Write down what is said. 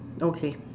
okay